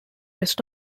rest